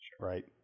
right